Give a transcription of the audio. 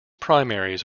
primaries